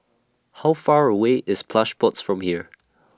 How Far away IS Plush Pods from here